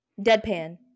Deadpan